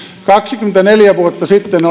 kaksikymmentäneljä vuotta sitten